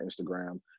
Instagram